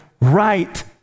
right